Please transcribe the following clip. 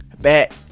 Back